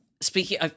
speaking